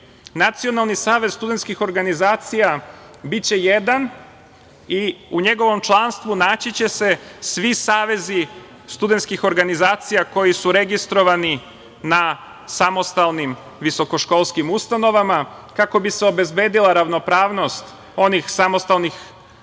„Srbije“.Nacionalni savez studentskih organizacije biće jedan i u njegovom članstvu naći će se svi savezi studentskih organizacija koji su registrovani na samostalnim visokoškolskim ustanovama kako bi se obezbedila ravnopravnost onih samostalnih